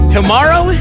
Tomorrow